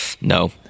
No